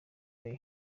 rayon